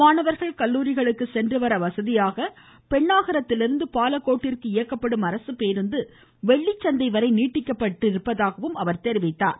மாணவர்கள் கல்லூரிகளுக்கு சென்றுவர வசதியாக பென்னாகரத்திலிருந்து பாலக்கோட்டிற்கு இயக்கப்படும் அரசு பேருந்து வெள்ளிச்சந்தை வரை நீட்டிக்கப்பட்டு இயக்கப்படுவதாகக் குறிப்பிட்டார்